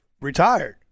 retired